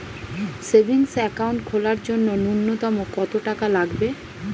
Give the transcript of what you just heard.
Savings account খোলার জন্য নূন্যতম কত টাকা লাগবে?